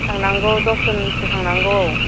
थांनांगौ दसजनसो थांनांगौ औ